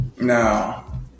Now